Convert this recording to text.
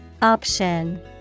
Option